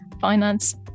finance